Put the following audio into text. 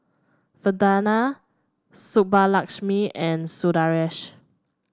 Vandana Subbulakshmi and Sundaresh